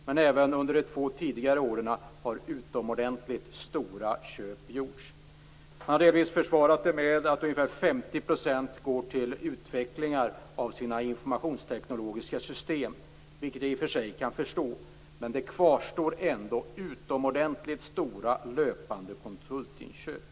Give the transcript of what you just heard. Men även under de två tidigare åren har utomordentligt stora köp gjorts. Man har delvis försvarat detta med att ungefär 50 % går till utveckling av sina informationsteknologiska system, vilket jag i och för sig kan förstå. Men det kvarstår ändå utomordentligt stora löpande konsultinköp.